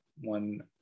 one